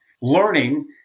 learning